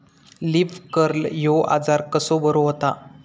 Leaf curl ह्यो आजार कसो बरो व्हता?